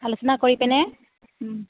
আলোচনা কৰি পিনে